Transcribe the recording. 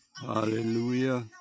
Hallelujah